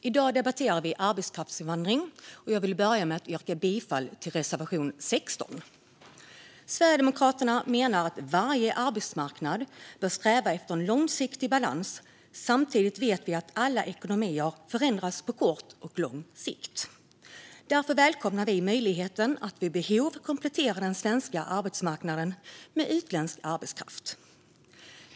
I dag debatterar vi arbetskraftsinvandring, och jag vill börja med att yrka bifall till reservation 16. Sverigedemokraterna menar att varje arbetsmarknad bör sträva efter en långsiktig balans. Samtidigt vet vi att alla ekonomier förändras på kort och lång sikt. Därför välkomnar vi möjligheten att vid behov komplettera den svenska arbetsmarknaden med utländsk arbetskraft.